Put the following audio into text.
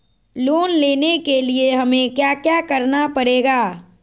Loan लेने के लिए हमें क्या क्या करना पड़ेगा?